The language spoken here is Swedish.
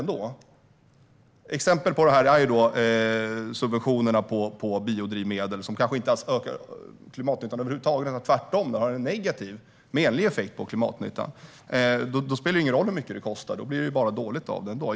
Ett exempel på det här är subventionerna på biodrivmedel, som kanske inte ökar klimatnyttan över huvud taget utan tvärtom har en negativ, menlig effekt på klimatnyttan. Då spelar det ingen roll hur mycket det kostar; det blir ändå bara dåligt.